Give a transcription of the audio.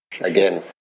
again